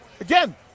Again